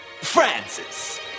Francis